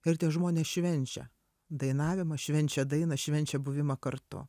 ir tie žmonės švenčia dainavimą švenčia dainą švenčia buvimą kartu